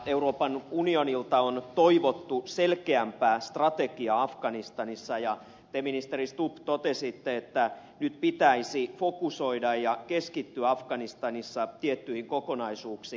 euroopan unionilta on toivottu selkeämpää strategiaa afganistanissa ja te ministeri stubb totesitte että nyt pitäisi fokusoida ja keskittyä afganistanissa tiettyihin kokonaisuuksiin